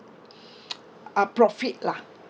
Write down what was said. uh profit lah